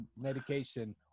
medication